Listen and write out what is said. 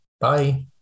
Bye